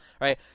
Right